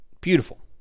Beautiful